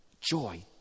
Joy